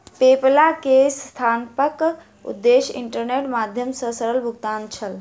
PayPal के संस्थापकक उद्देश्य इंटरनेटक माध्यम सॅ सरल भुगतान छल